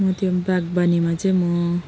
म त्यो बागवानीमा चाहिँ म